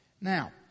Now